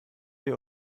wir